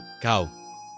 cow